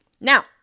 Now